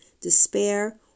despair